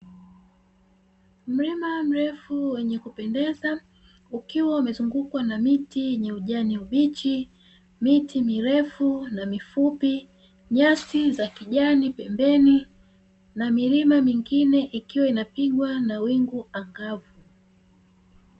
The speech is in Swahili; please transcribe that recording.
Mlima mrefu wenye kupendeza ukiwa umezingukwa na miti ya kijani kibichi, miti mirefu na mifupi, nyasi za kijani pembeni na milima mingine ikiwa inapigwa na wingu ang'avu.